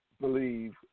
believe